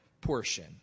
portion